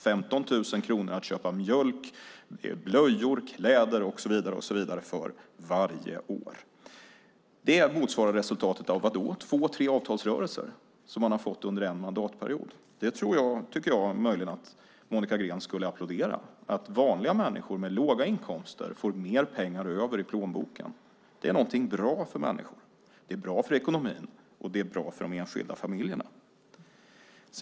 15 000 kronor att köpa mjölk, blöjor, kläder och så vidare för varje år. Det motsvarar resultatet av två tre avtalsrörelser, och det har man fått under en mandatperiod. Jag tycker möjligen att Monica Green skulle applådera att vanliga människor med låga inkomster får mer pengar över i plånboken. Det är någonting bra för människor. Det är bra för ekonomin, och det är bra för de enskilda familjerna.